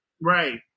Right